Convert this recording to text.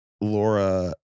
Laura